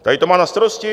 Tady to má na starosti...